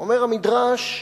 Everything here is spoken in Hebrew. אומר המדרש: